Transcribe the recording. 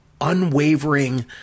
unwavering